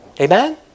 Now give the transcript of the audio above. Amen